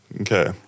Okay